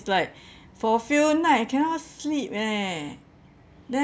like for few night I cannot sleep leh then